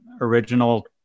original